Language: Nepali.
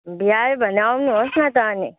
भ्यायो भने आउनुहोस् न त अनि